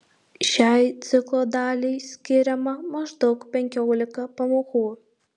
šiai ciklo daliai skiriama maždaug penkiolika pamokų